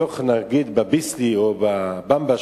נגיד שבתוך ה"ביסלי" או ה"במבה"